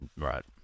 right